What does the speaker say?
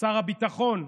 שר הביטחון,